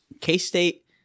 K-State